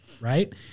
right